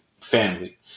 family